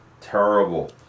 terrible